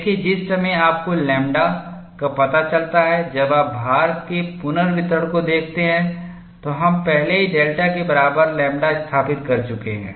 देखिए जिस समय आपको लैम्ब्डा का पता चलता है जब आप भार के पुनर्वितरण को देखते हैं तो हम पहले ही डेल्टा के बराबर लैंबडा स्थापित कर चुके हैं